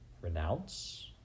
Renounce